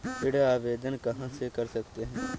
ऋण आवेदन कहां से कर सकते हैं?